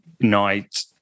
night